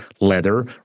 leather